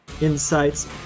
insights